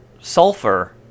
sulfur